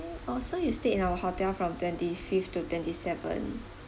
oh so you stayed in our hotel from twenty fifth to twenty seventh